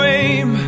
aim